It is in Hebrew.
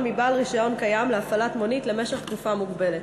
מבעל רישיון קיים להפעלת מונית למשך תקופה מוגבלת.